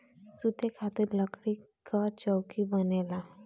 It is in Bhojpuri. सुते खातिर लकड़ी कअ चउकी बनेला